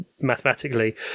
mathematically